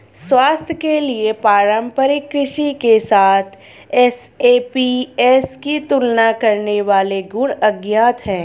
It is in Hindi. स्वास्थ्य के लिए पारंपरिक कृषि के साथ एसएपीएस की तुलना करने वाले गुण अज्ञात है